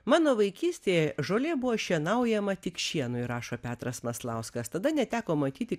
mano vaikystėje žolė buvo šienaujama tik šienui rašo petras maslauskas tada neteko matyti